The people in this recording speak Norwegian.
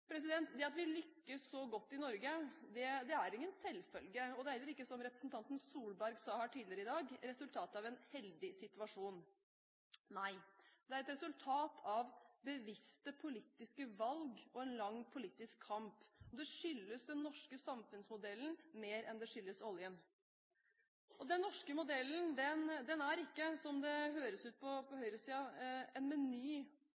Det at vi lykkes så godt i Norge, er ingen selvfølge, og det er heller ikke, som representanten Solberg sa tidligere i dag, resultatet av en heldig situasjon. Nei, det er et resultat av bevisste politiske valg og en lang politisk kamp, og det skyldes den norske samfunnsmodellen mer enn det skyldes oljen. Den norske modellen er ikke – som det høres ut på høyresiden – en meny